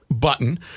button